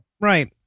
Right